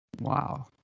wow